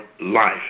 life